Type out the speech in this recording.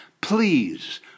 please